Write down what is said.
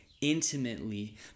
intimately